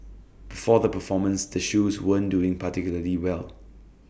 before the performance the shoes weren't doing particularly well